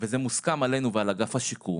זה מוסכם עלינו ועל אגף השיקום.